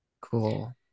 Cool